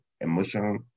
emotional